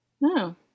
No